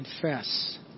confess